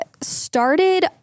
started